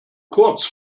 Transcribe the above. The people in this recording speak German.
kurz